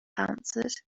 answered